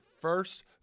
first